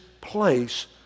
place